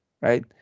right